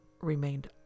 remained